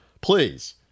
Please